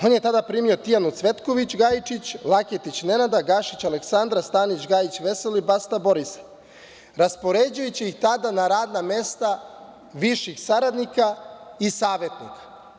On je tada primio: Tijanu Cvetković Gajičić, Laketić Nenada, Gašić Aleksandra, Stanić Gajić Veselina i Basta Borisa, raspoređujući ih tada na radna mesta viših saradnika i savetnika.